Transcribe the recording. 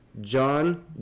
John